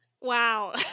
Wow